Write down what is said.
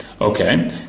Okay